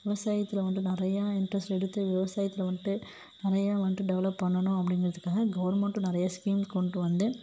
விவசாயத்தில் வந்துட்டு நிறையா இன்ட்ரஸ்ட் எடுத்து விவசாயத்தில் வந்துட்டு நிறைய வந்துட்டு டெவலப் பண்ணணும் அப்படிங்கிறதுக்காக கவர்மெண்டும் நிறைய ஸ்கீம் கொண்டுட்டு வந்து